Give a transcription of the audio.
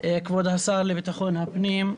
כבוד השר לביטחון הפנים,